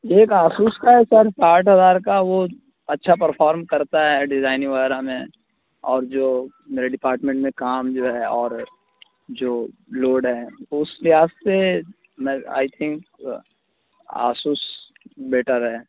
ایک آسوس کا ہے سر ساٹھ ہزار کا وہ اچھا پرفارم کرتا ہے ڈیزائننگ وغیرہ میں اور جو میرے ڈیپاٹمنٹ میں کام جو ہے اور جو لوڈ ہیں تو اس لحاظ سے میں آئی تھینک آسوس بیٹر ہے